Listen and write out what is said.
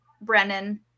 Brennan